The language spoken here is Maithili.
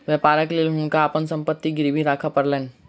व्यापारक लेल हुनका अपन संपत्ति गिरवी राखअ पड़लैन